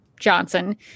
johnson